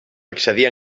accedir